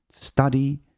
Study